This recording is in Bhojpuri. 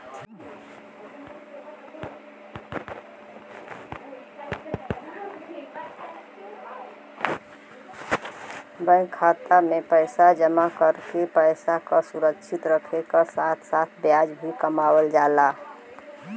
बैंक खाता में पैसा जमा करके पैसा क सुरक्षित रखे क साथ साथ ब्याज भी कमावल जाला